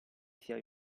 sia